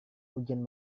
ujian